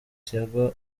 thiago